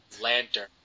lantern